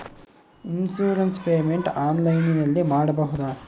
Insurance payment ಆನ್ಲೈನಿನಲ್ಲಿ ಮಾಡಬಹುದಾ?